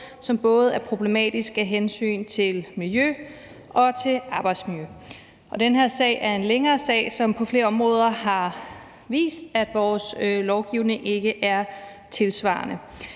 hvilket er problematisk af hensyn til både miljøet og arbejdsmiljøet. Den her sag er en længere sag, som på flere områder har vist, at vores lovgivning ikke er tidssvarende.